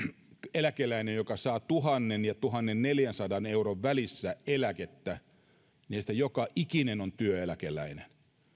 eläkeläinen joka saa tuhat ja tuhannenneljänsadan euron välissä eläkettä näistä joka ikinen on työeläkeläinen